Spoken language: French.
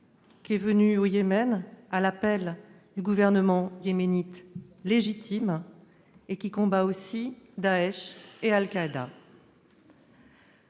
qui est venue au Yémen à l'appel du gouvernement légitime du pays et qui combat aussi Daech et Al-Qaïda.